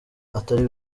atari